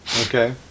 Okay